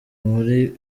muri